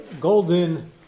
golden